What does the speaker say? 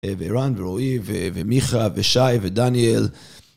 וערן ורועי ומיכא ושי ודניאל